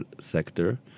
sector